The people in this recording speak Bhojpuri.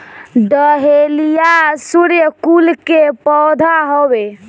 डहेलिया सूर्यकुल के पौधा हवे